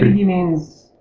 he means